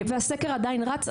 והסקר עדיין רץ,